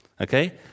Okay